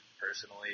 personally